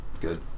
Good